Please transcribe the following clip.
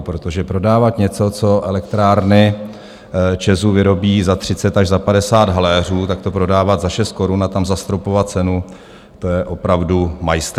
Protože prodávat něco, co elektrárny ČEZu vyrobí za 30 až za 50 haléřů, tak to prodávat za 6 korun a tam zastropovat cenu, to je opravdu majstrštyk.